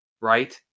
right